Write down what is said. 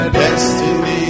destiny